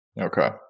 Okay